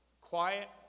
quiet